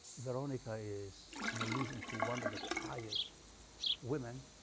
veronica is an allusion to one of the pious women,